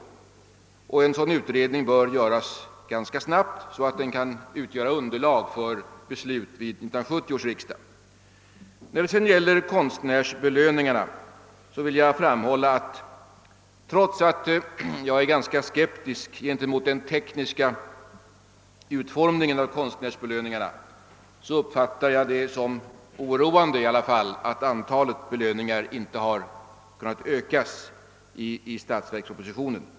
En sådan utredning, skriver vi, bör företas ganska snart, så att den kan utgöra underlag för beslut vid 1970 års riksdag. Vad sedan konstnärsbelöningarna angår vill jag framhålla, att trots att jag är ganska skeptisk mot den tekniska utformningen av belöningarna uppfattar jag det ändå som oroande att någon ökning av antalet belöningar inte har föreslagits i statsverkspropositionen.